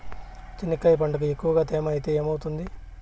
చెనక్కాయ పంటకి ఎక్కువగా తేమ ఐతే ఏమవుతుంది?